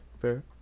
fair